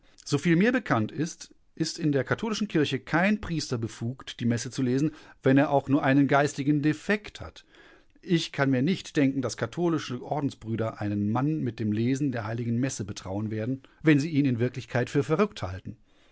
soviel mir bekannt ist in der katholischen kirche kein priester befugt die messe zu lesen wenn er auch nur einen geistigen defekt hat ich kann mir nicht denken daß katholische ordensbrüder einen mann mit dem lesen der heiligen messe betrauen werden wenn sie ihn in wirklichkeit für verrückt halten